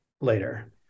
later